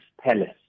palace